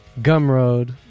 Gumroad